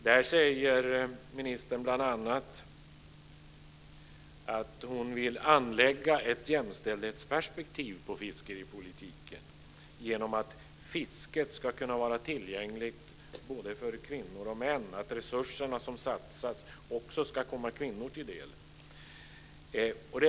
Där säger ministern bl.a. att hon vill anlägga ett jämställdhetsperspektiv på fiskeripolitiken i den meningen att fisket ska kunna vara tillgängligt för både kvinnor och män och att resurserna som satsas också ska komma kvinnor till del.